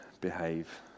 behave